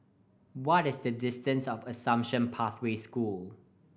what is the distance to Assumption Pathway School